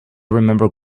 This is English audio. remember